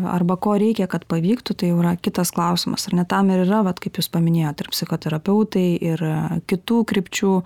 arba ko reikia kad pavyktų tai jau yra kitas klausimas ar ne tam ir yra vat kaip jūs paminėjot ir psichoterapeutai ir kitų krypčių